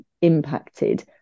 impacted